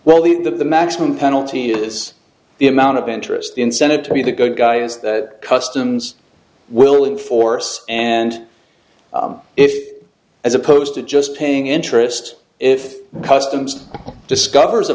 get the maximum penalty is the amount of interest the incentive to be the good guy is that customs willing force and if as opposed to just paying interest if customs discovers a